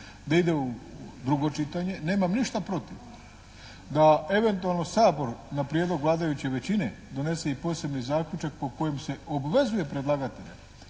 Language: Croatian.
da ide u drugo čitanje. Nemam ništa protiv da eventualno Sabor na prijedlog vladajuće većine donese i poseban zaključak po kojem se obvezuje predlagatelja